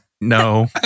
No